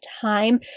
time